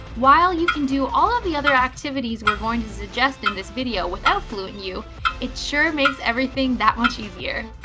while you can do all of the other activities we're going to suggest in this video without fluentu, it sure makes everything that much easier.